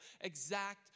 exact